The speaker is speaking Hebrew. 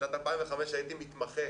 בשנת 2005 הייתי מתמחה